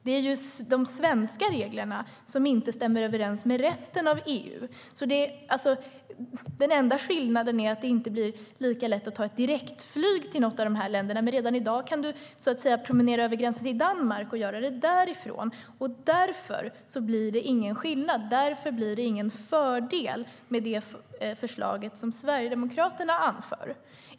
Det är ju de svenska reglerna som inte stämmer överens med resten av EU. Den enda skillnaden skulle vara att det inte blir lika lätt att ta ett direktflyg till något av de här länderna, men redan i dag kan du promenera över gränsen till Danmark och göra det därifrån. Därför blir det ingen skillnad. Därför blir det ingen fördel med det förslag som Sverigedemokraterna anför.